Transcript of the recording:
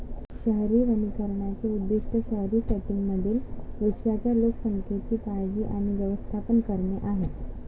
शहरी वनीकरणाचे उद्दीष्ट शहरी सेटिंग्जमधील वृक्षांच्या लोकसंख्येची काळजी आणि व्यवस्थापन करणे आहे